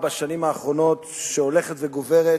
שהולכת וגוברת,